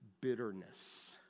bitterness